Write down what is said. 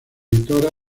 editora